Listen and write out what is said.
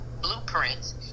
blueprints